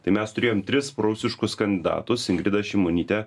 tai mes turėjom tris prūsiškus kandidatus ingrida šimonytė